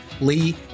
Lee